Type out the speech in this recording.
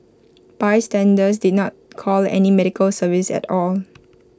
bystanders did not call any medical service at all